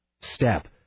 step